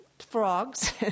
frogs